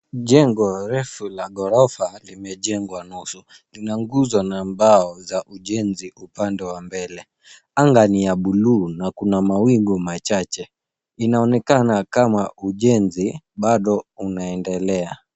Jengo refu la ghorofa limejengwa nusu. Lina nguzo na mbao za ujenzi upande wa mbele. Anga ni ya buluu na kuna mawingu machache. Inaonekana kama ujenzi bado unaendelea.